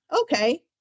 okay